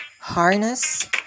Harness